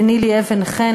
לנילי אבן-חן,